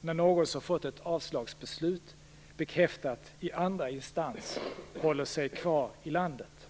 när någon som fått ett avslagsbeslut bekräftat i andra instans håller sig kvar i landet.